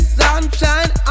sunshine